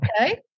okay